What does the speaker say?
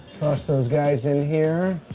toss those guys in here.